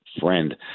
friend